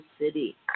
city